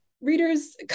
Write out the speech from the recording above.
readers